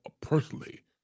personally